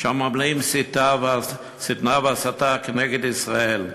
מלאים שטנה והסתה כנגד ישראל.